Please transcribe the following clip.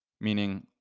meaning